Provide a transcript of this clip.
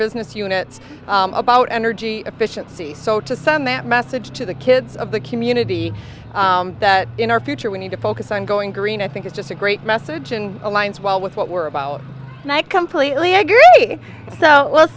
business units about energy efficiency so to some that message to the kids of the community that in our future we need to focus on going green i think is just a great message and aligns well with what we're about and i completely agree let's